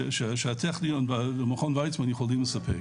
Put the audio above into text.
שהטכניון ומכון וייצמן יכולים לספק.